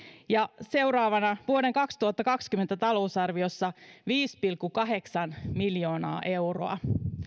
ja seuraavan vuoden vuoden kaksituhattakaksikymmentä talousarviossa viittä pilkku kahdeksaa miljoonaa euroa